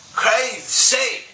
crazy